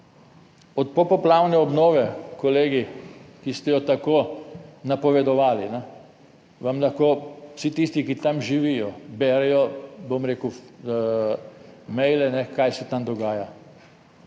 Od popoplavne obnove, kolegi, ki ste jo tako napovedovali, vam lahko vsi tisti, ki tam živijo, berejo, bom rekel, maile, kaj se tam dogaja.